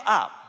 up